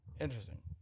interesting